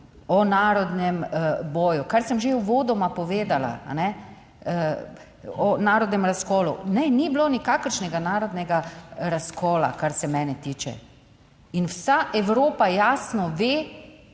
O narodnem boju, kar sem že uvodoma povedala, o narodnem razkolu. Ne, ni bilo nikakršnega narodnega razkola, kar se mene tiče, in vsa Evropa jasno ve,